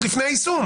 עוד לפני היישום.